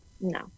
No